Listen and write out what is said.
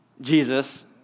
Jesus